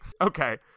Okay